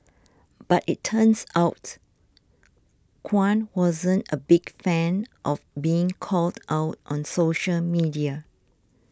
but it turns out Kwan wasn't a big fan of being called out on social media